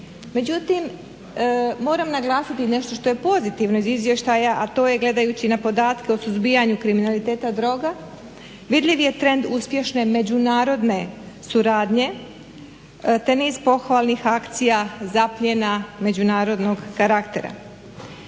Međutim, moram naglasiti nešto što je pozitivno iz izvještaja, a to je gledajući na podatke o suzbijanju kriminaliteta droga vidljiv je trend uspješne međunarodne suradnje, te niz pohvalnih akcija, zapljena međunarodnog karaktera.